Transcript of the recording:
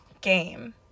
game